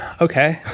okay